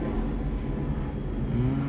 hmm